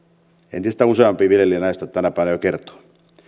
entistä useampi viljelijä näistä tänä päivänä jo kertoo